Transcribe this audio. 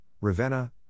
Ravenna